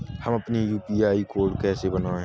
हम अपना UPI code कैसे बनाएँ?